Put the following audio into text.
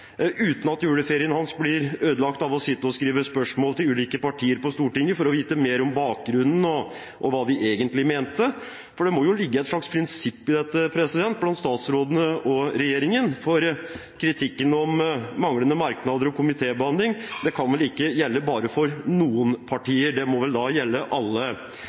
uten at juleferien hans blir ødelagt av at han må sitte og skrive spørsmål til ulike partier på Stortinget for å få vite mer om bakgrunnen og hva de egentlig mente? For det må jo ligge et slags prinsipp i dette, blant statsrådene og i regjeringen, for kritikken om manglende merknader og komitébehandling? Det kan vel ikke gjelde for bare noen partier, det må vel da gjelde alle?